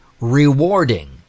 rewarding